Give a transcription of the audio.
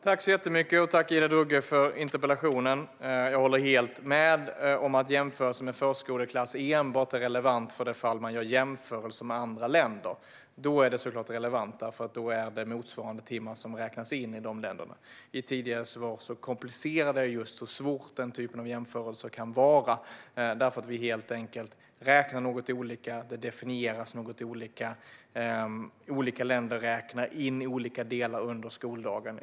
Fru talman! Tack, Ida Drougge, för interpellationen! Jag håller helt med om att jämförelsen med förskoleklass enbart är relevant för det fall att man gör jämförelser med andra länder. Då är det relevant, för då är det motsvarande timmar som räknas in i dessa länder. I tidigare svar angav jag hur komplicerade och svåra den typen av jämförelser kan vara därför att vi räknar något olika, det definieras något olika och olika länder räknar in olika delar under skoldagen.